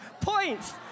points